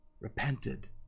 repented